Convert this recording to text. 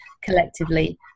collectively